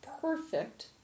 perfect